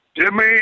Jimmy